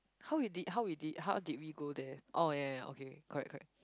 how you did how did how did we go there orh ya ya okay correct correct